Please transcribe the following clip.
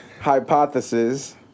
hypothesis